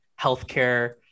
healthcare